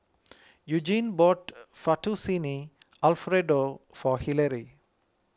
Eugene bought Fettuccine Alfredo for Hillary